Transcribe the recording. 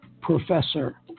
professor